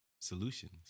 solutions